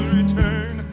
return